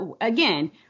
again